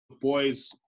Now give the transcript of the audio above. boys